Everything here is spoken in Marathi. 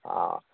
हा